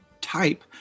type